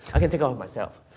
i can take off myself,